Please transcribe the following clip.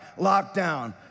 lockdown